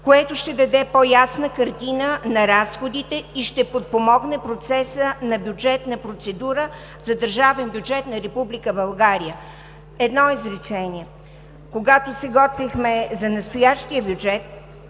което ще даде по-ясна картина на разходите и ще подпомогне процеса на бюджетна процедура за държавен бюджет на Република България. Едно изречение – когато се готвихме за настоящия бюджет,